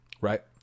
Right